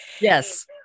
yes